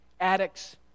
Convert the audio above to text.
Addicts